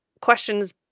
Questions